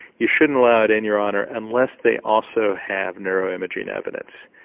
you shouldn't allow it in, your honour, unless they also have neuro-imaging evidence.